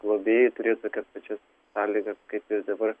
globėjai turės tokias pačias sąlygas kaip ir dabar